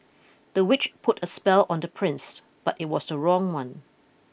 the witch put a spell on the prince but it was the wrong one